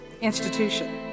institution